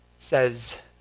says